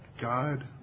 God